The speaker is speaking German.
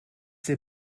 der